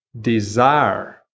desire